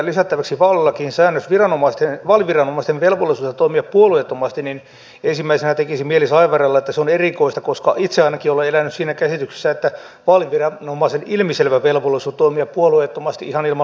kun esityksessä esitetään lisättäväksi vaalilakiin säännös vaaliviranomaisten velvollisuudesta toimia puolueettomasti niin ensimmäisenä tekisi mieli saivarrella että se on erikoista koska itse ainakin olen elänyt siinä käsityksessä että vaaliviranomaisen ilmiselvä velvollisuus on toimia puolueettomasti ihan ilman lain säätämistäkin